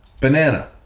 Banana